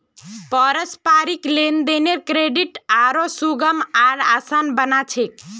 पारस्परिक लेन देनेर क्रेडित आरो सुगम आर आसान बना छेक